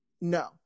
No